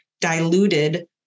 diluted